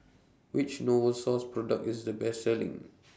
Which Novosource Product IS The Best Selling